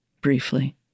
Briefly